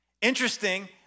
Interesting